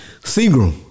Seagram